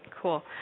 Cool